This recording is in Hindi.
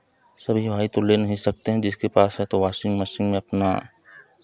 सभी भाई तो ले नहीं सकते हैं जिसके पास है तो वाशिंग मशीन में अपना